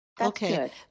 okay